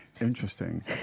interesting